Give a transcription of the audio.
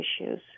issues